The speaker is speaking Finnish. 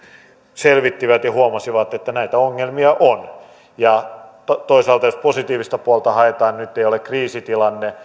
selvitti ja he huomasivat että näitä ongelmia on toisaalta jos positiivista puolta haetaan niin nyt ei ole kriisitilanne